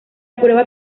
prueba